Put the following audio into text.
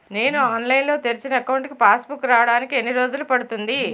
నేను ఆన్లైన్ లో తెరిచిన అకౌంట్ కి పాస్ బుక్ రావడానికి ఎన్ని రోజులు పడుతుంది?